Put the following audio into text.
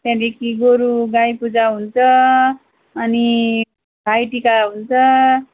त्यहाँदेखि गोरु गाई पूजा हुन्छ अनि भाइटिका हुन्छ